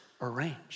arranged